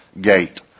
gate